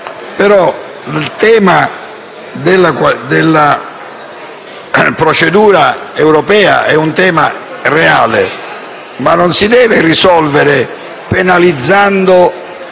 però il tema della procedura europea è reale e non si deve risolvere penalizzando